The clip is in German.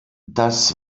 das